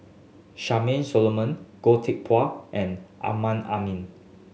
Charmaine Solomon Goh Teck Phuan and Amrin Amin